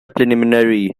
preliminary